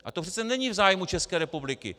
A to přece není v zájmu České republiky.